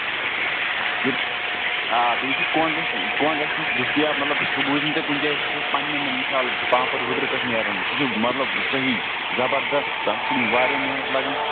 یہِ آ بیٚیہِ چھُ کۄنٛگ اَسہِ کۄنگ اَسہِ نِش دٔستِیاب مطلب سُہ بوٗزِو نہٕ تُہۍ کَنہِ جایہِ سُہ چھُ اَسہِ پننہِ مثال پانٛپر وُڑرِ پٮ۪ٹھ نیران سُہ چھُ مطلب صٔحیح زَبردست تَتھ چھِ واریاہ محنت لگان